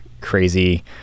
crazy